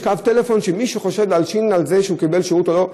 יש קו טלפון שמי שחושב להלשין על זה שהוא קיבל שירות או לא,